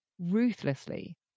ruthlessly